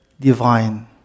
divine